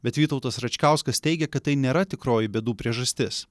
bet vytautas račkauskas teigė kad tai nėra tikroji bėdų priežastis